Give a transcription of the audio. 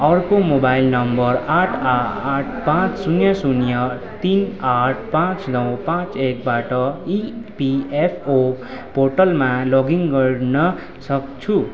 अर्को mobile number आठ आठ पाँच शून्य शून्य तिन आठ पाँच नौ पाँच एकबाट इपिएफओ पोर्टलमा लगइन गर्नसक्छु